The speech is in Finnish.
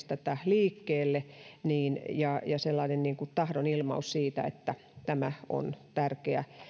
tätä edes liikkeelle ja sellainen tahdonilmaus siitä että tämä on yksi